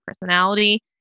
personality